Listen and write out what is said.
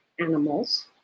Animals